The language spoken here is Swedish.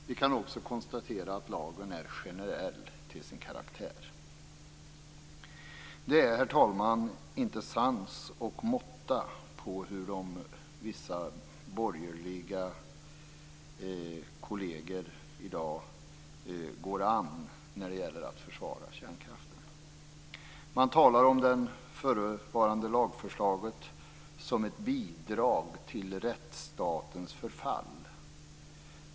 Vi kan också konstatera att lagen är generell till sin karaktär. Det är, herr talman, ingen sans och måtta på hur vissa borgerliga kolleger i dag går an när det gäller att försvara kärnkraften. Man talar om det förevarande lagförslaget som ett bidrag till rättsstatens förfall.